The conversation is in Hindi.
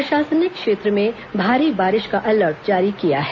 प्रशासन ने क्षेत्र में भारी बारिश का अलर्ट जारी कर दिया है